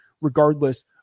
regardless